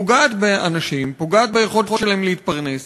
פוגעת באנשים, פוגעת ביכולת שלהם להתפרנס,